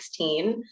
2016